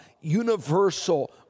universal